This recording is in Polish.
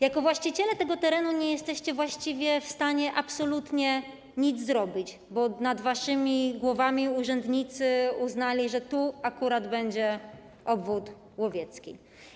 Jako właściciele tego terenu nie jesteście właściwie w stanie absolutnie nic zrobić, bo nad waszymi głowami urzędnicy uznali, że tu akurat będzie obwód łowiecki.